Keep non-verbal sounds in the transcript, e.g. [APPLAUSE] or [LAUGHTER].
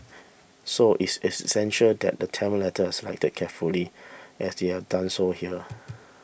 so it's it's essential that the Tamil letters selected carefully as they have done so here [NOISE]